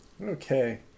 okay